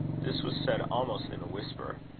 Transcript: this was said almost in a whisper.